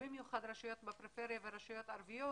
במיוחד רשויות בפריפריה ורשויות ערביות